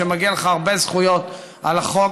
שמגיעות לך הרבה זכויות על החוק,